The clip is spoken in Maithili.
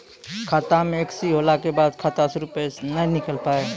खाता मे एकशी होला के बाद खाता से रुपिया ने निकल पाए?